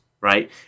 Right